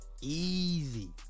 easy